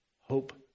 hope